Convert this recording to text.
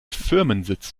firmensitz